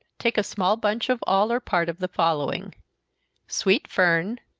take a small bunch of all, or part of the following sweet fern,